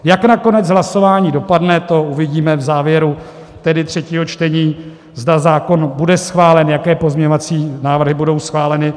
Jak nakonec hlasování dopadne, to uvidíme v závěru třetího čtení, zda zákon bude schválen, jaké pozměňovací návrhy budou schváleny.